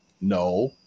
No